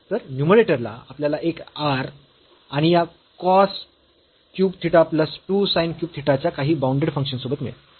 तर न्यूमरेटर ला आपल्याला एक r आणि या cos cube theta plus 2 sin cube theta च्या काही बाऊंडेड फंक्शन सोबत मिळेल